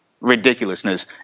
ridiculousness